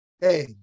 Hey